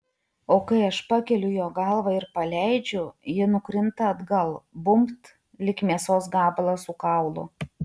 o kai aš pakeliu jo galvą ir paleidžiu ji nukrinta atgal bumbt lyg mėsos gabalas su kaulu